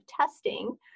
testing